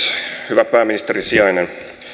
hyvä pääministerin sijainen